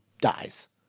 dies